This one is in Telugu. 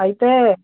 అయితే